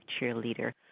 cheerleader